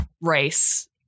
race